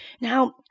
Now